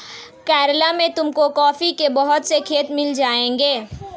केरला में तुमको कॉफी के बहुत से खेत मिल जाएंगे